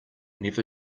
never